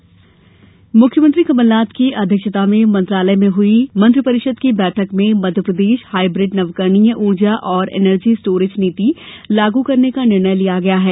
मध्यप्रदेश मंत्रि परिषद मुख्यमंत्री कमल नाथ की अध्यक्षता में मंत्रालय में हुई मंत्रि परिषद की बैठक में मध्यप्रदेश हाइब्रिड नवीकरणीय ऊर्जा एवं एनर्जी स्टोरेज नीति लागू करने का निर्णय लिया गया है